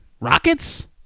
rockets